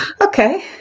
Okay